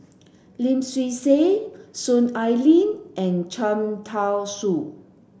Lim Swee Say Soon Ai Ling and Cham Tao Soon